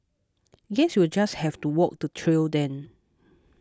guess you'll just have to walk the trail then